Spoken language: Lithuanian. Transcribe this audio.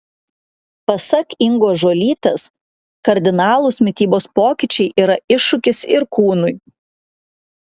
pasak ingos žuolytės kardinalūs mitybos pokyčiai yra iššūkis ir kūnui